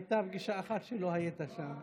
הייתה פגישה אחת שלא היית שם.